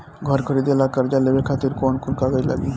घर खरीदे ला कर्जा लेवे खातिर कौन कौन कागज लागी?